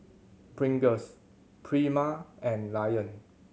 Pringles Prima and Lion